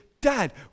Dad